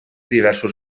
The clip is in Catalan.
diversos